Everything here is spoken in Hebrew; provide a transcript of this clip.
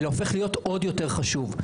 אלא הופך להיות עוד יותר חשוב.